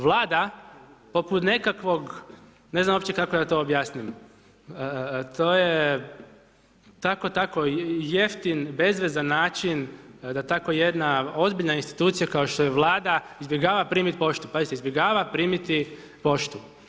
Vlada poput nekakvog, ne znam uopće kako to da objasnim, to je tako, tako jeftin bezvezan način da tako jedna ozbiljna institucija kao što je Vlada izbjegava primiti poštu, pazite izbjegava primiti poštu.